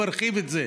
והוא הרחיב את זה.